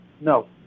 No